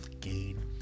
gain